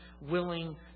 willing